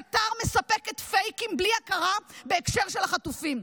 קטר מספקת פייקים בלי הכרה בהקשר של החטופים.